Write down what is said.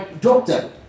doctor